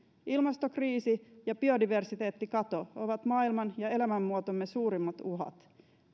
ilmastokriisi ja biodiversiteettikato ovat maailman ja elämänmuotomme suurimmat uhat